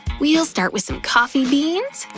we'll start with some coffee beans.